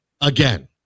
again